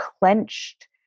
clenched